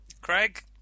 Craig